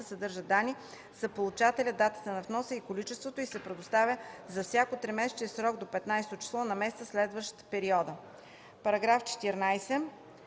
съдържа данни за получателя, датата на вноса и количеството и се предоставя за всяко тримесечие в срок до 15-о число на месеца, следващ периода.”